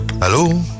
Hello